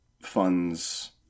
funds